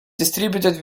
distributed